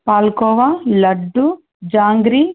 palkova laddu jangri